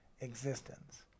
existence